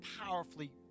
powerfully